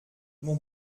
mon